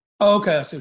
Okay